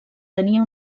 tenia